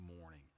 morning